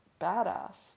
badass